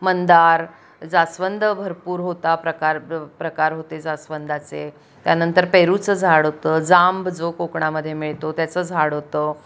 मंदार जास्वंद भरपूर होता प्रकार प्रकार होते जास्वंदाचे त्यानंतर पेरूचं झाड होतं जांब जो कोकणामध्ये मिळतो त्याचं झाड होतं